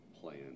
plan